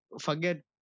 forget